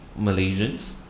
Malaysians